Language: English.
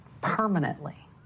permanently